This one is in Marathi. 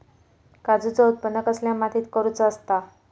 काजूचा उत्त्पन कसल्या मातीत करुचा असता?